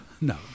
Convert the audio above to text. No